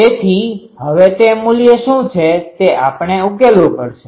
તેથી હવે તે મૂલ્ય શું છે તે આપણે ઉકેલવું પડશે